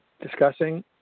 discussing